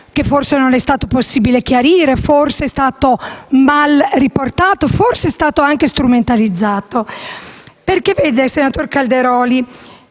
che forse non è stato possibile chiarire o è stato male riportato o, forse, è stato anche strumentalizzato. Infatti, senatore Calderoli,